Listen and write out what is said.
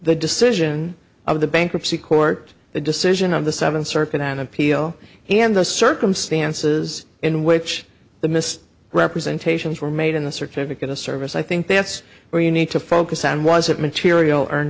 the decision of the bankruptcy court the decision of the seventh circuit an appeal and the circumstances in which the mis representation is were made in the certificate of service i think that's where you need to focus on was it material